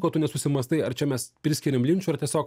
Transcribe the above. kad tu nesusimąstai ar čia mes priskiriam linčui ar tiesiog